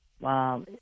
Wow